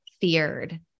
feared